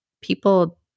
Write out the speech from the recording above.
people